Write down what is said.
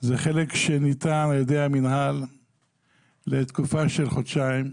זה חלק שניתן על ידי המינהל לתקופה של חודשיים.